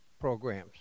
programs